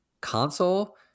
console